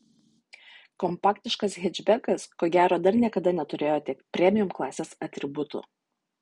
kompaktiškas hečbekas ko gero dar niekada neturėjo tiek premium klasės atributų